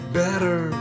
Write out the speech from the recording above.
better